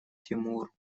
тимур